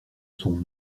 son